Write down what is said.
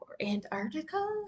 Antarctica